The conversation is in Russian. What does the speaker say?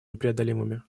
непреодолимыми